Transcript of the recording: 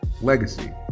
legacy